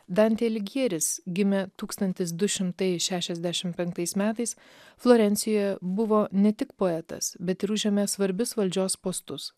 dantė aligjeris gimė tūkstantis du šimtai šešiasdešimt penktais metais florencijoje buvo ne tik poetas bet ir užėmė svarbius valdžios postus